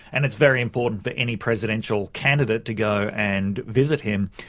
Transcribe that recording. and it's very important for any presidential candidate to go and visit him.